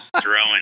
throwing